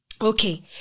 Okay